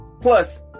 Plus